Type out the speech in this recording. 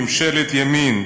ממשלת ימין,